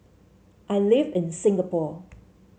I live in Singapore